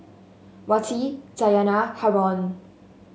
Wati Dayana Haron